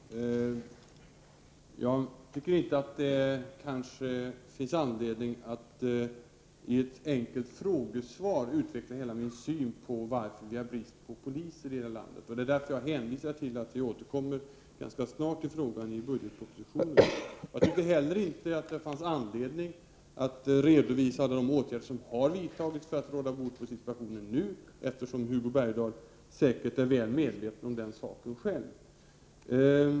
Fru talman! Jag tycker kanske inte att det finns anledning att i ett enkelt frågesvar utveckla hela min syn på varför vi har brist på poliser i landet. 15 Därför hänvisar jag till att vi återkommer ganska snart till frågan i budgetpropositionen. Inte heller tycker jag att det fanns anledning att redovisa de åtgärder som har vidtagits för att råda bot på situationen nu, eftersom Hugo Bergdahl säkert är väl medveten om den saken själv.